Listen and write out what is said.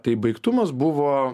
tai baigtumas buvo